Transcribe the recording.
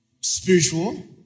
spiritual